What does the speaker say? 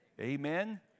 Amen